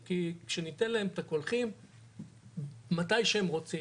שניתן להם את הקולחים מתי שהם רוצים,